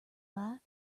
life